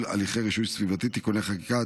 הליכי רישוי סביבתי) (תיקוני חקיקה),